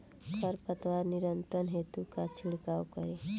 खर पतवार नियंत्रण हेतु का छिड़काव करी?